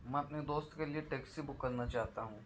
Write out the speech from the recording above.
میں اپنے دوست کے لئے ٹیکسی بک کرنا چاہتا ہوں